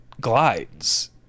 glides